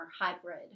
hybrid